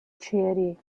ceri